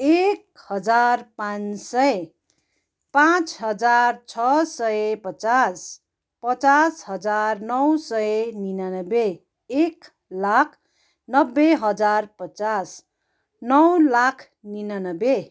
एक हजार पाँच सय पाँच हजार छ सय पचास पचास हजार नौ सय निनानब्बे एक लाख नब्बे हजार पचास नौ लाख निनानब्बे